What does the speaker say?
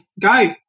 Go